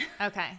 Okay